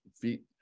feet